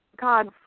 God